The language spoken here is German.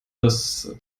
dass